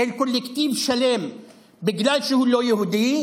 אל קולקטיב שלם בגלל שהוא לא יהודי,